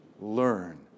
learn